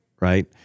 right